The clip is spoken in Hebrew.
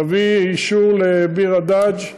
נביא אישור לביר-הדאג'